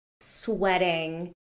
sweating